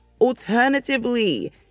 alternatively